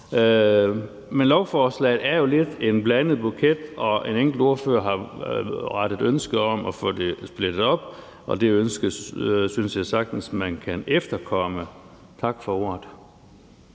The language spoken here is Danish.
Men lovforslaget er jo lidt en blandet buket, og en enkelt ordfører har rettet ønsket om at få det splittet op, og det ønske synes jeg sagtens man kan efterkomme. Tak for ordet.